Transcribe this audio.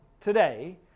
today